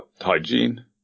hygiene –